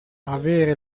avere